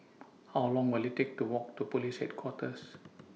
How Long Will IT Take to Walk to Police Headquarters